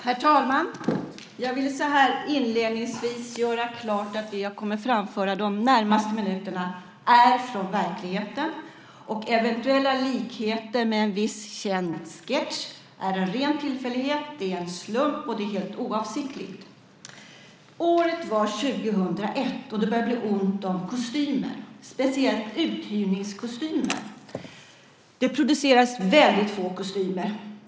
Herr talman! Jag vill så här inledningsvis göra klart att det som jag kommer att framföra under de närmaste minuterna är från verkligheten. Eventuella likheter med en viss känd sketch är en ren tillfällighet, en slump och helt oavsiktliga. Året var 2001. Det började bli ont om kostymer - speciellt uthyrningskostymer. Det producerades väldigt få kostymer.